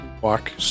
Walk